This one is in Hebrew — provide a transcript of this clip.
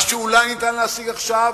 מה שאולי ניתן להשיג עכשיו,